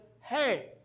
hey